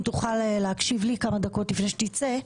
אם תוכל להקשיב לי כמה דקות לפני שאתה יוצא.